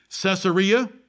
Caesarea